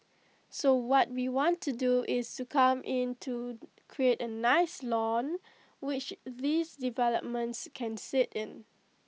so what we want to do is to come in to create A nice lawn which these developments can sit in